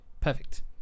perfect